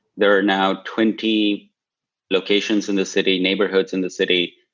there are now twenty locations in the city, neighborhoods in the city,